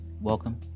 welcome